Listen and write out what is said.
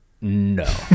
No